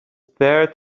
there